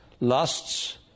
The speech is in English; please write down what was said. lusts